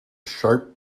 sharp